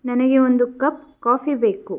ನನಗೆ ಒಂದು cup coffee ಬೇಕು